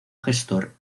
gestor